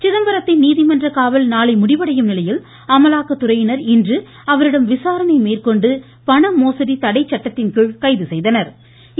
சிதம்பரத்தின் நீதிமன்ற காவல் நாளை முடிவடையும் நிலையில் அமலாக்கத்துறையினா் இன்று அவரிடம் விசாரணை மேற்கொண்டு பண மோசடி தடை சட்டத்தின்கீழ் கைது செய்தனா்